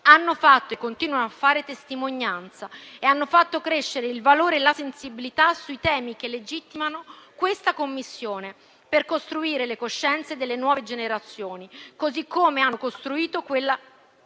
Hanno fatto e continuano a fare testimonianza e hanno fatto crescere il valore e la sensibilità sui temi che legittimano questa Commissione, per costruire le coscienze delle nuove generazioni, così come hanno costruito quella